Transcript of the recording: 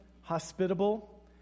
hospitable